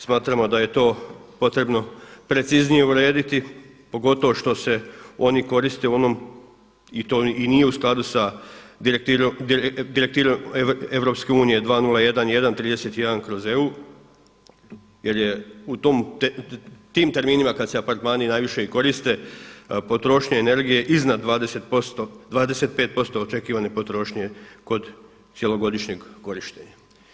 Smatramo da je to potrebno preciznije urediti pogotovo što se oni koriste u onom i to i nije u skladu sa Direktivom EU 201131/EU jer tim terminima kad se apartmani najviše i koriste potrošnja energije je iznad 25% očekivane potrošnje kod cjelogodišnjeg korištenja.